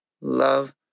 love